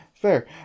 fair